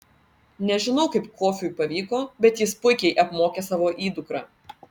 nežinau kaip kofiui pavyko bet jis puikiai apmokė savo įdukrą